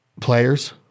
players